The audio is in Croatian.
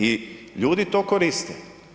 I ljudi to koriste.